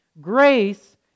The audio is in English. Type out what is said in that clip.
Grace